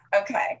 okay